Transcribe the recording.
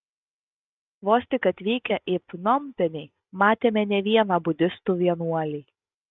vos tik atvykę į pnompenį matėme ne vieną budistų vienuolį